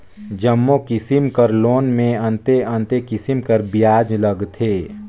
जम्मो किसिम कर लोन में अन्ते अन्ते किसिम कर बियाज लगथे